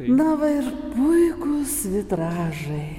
na va ir puikūs vitražai